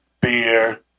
Beer